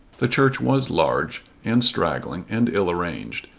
the church was large and straggling and ill arranged,